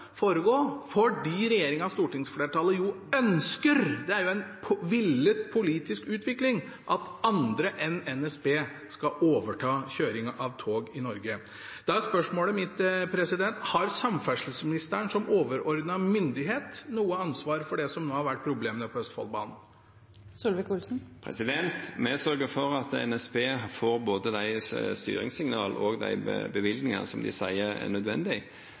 og stortingsflertallet ønsker – det er en villet politisk utvikling – at andre enn NSB skal overta kjøringen av tog i Norge. Da er spørsmålet mitt: Har samferdselsministeren, som overordnet myndighet, noe ansvar for problemene som nå har vært på Østfoldbanen? Vi sørger for at NSB får både de styringssignaler og de bevilgninger som de sier er